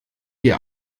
ihr